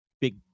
big